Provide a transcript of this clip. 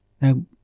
Now